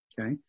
okay